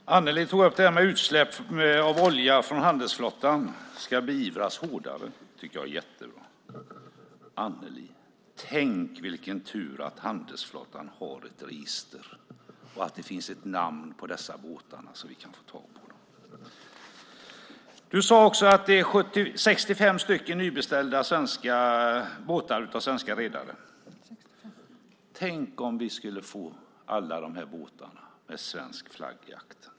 Fru talman! Annelie tog upp att utsläppen av olja från handelsflottan ska beivras hårdare. Det tycker jag är jättebra. Annelie, tänk vilken tur att handelsflottan har ett register och att det finns ett namn på dessa båtar så att vi kan få tag på dem! Du sade också att det är 65 nybeställda svenska båtar av svenska redare. Tänk om vi skulle få alla de här båtarna med svensk flagg i aktern!